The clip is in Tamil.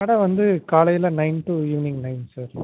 கடை வந்து காலையில் nine to evening nine sir